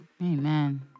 Amen